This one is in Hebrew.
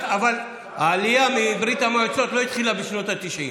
אבל העלייה מברית המועצות לא התחילה בשנות התשעים.